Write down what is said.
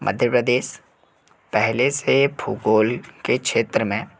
मध्य प्रदेश पहले से भूगोल के क्षेत्र में